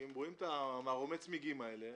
שאם רואים את הצמיגים האלה,